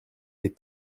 des